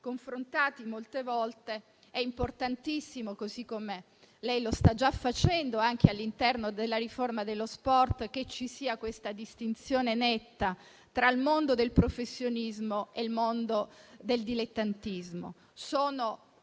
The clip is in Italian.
confrontati molte volte - è importantissimo - così come sta già facendo all'interno della riforma dello sport - che ci sia una distinzione netta tra il mondo del professionismo e il mondo del dilettantismo. Sono